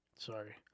Sorry